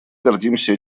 гордимся